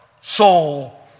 soul